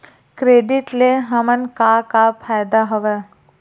Credit ले हमन का का फ़ायदा हवय?